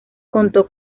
contó